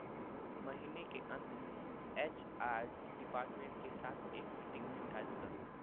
महीने के अंत में एच आर डिपार्टमेंट के साथ एक मीटिंग निर्धारित करो